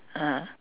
(uh huh)